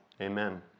Amen